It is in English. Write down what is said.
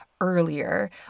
earlier